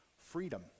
freedom